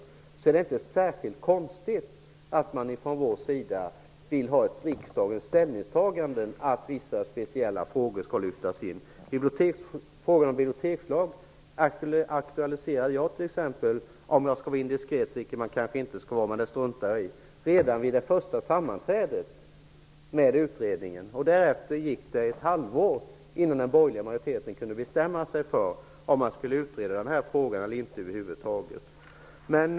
Därför är det inte särskilt konstigt att vi vill ha ett ställningstagande från riksdagen, om att vissa speciella frågor skall lyftas in. Frågan om en bibliotekslag t.ex. aktualiserade jag -- för att vara indiskret, vilket man kanske inte skall vara men det struntar jag i -- redan vid det första sammanträdet med utredningen. Sedan gick det ett halvår innan den borgerliga majoriteten kunde bestämma sig för om man över huvud taget skulle utreda frågan.